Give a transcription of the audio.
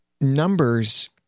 numbers